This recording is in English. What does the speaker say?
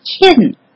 hidden